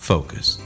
Focus